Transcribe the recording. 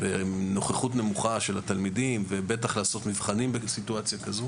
נוכחות נמוכה של התלמידים ובטח לעשות מבחנים בסיטואציה כזאת